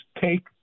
take